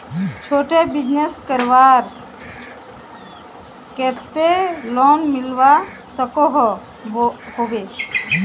छोटो बिजनेस करवार केते लोन मिलवा सकोहो होबे?